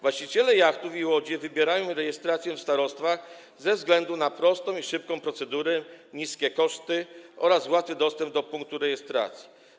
Właściciele jachtów i łodzi wybierają rejestrację w starostwach ze względu na prostą i szybką procedurę, niskie koszty oraz łatwy dostęp do punktu rejestracji.